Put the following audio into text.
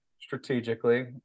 strategically